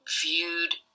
viewed